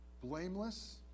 blameless